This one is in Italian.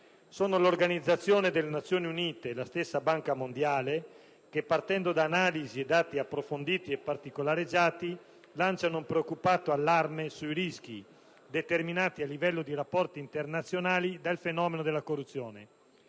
L'Organizzazione delle Nazioni Unite e la stessa Banca mondiale, partendo da analisi e dati approfonditi e particolareggiati, lanciano un preoccupato allarme sui rischi determinati a livello di rapporti internazionali dal fenomeno della corruzione.